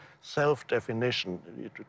self-definition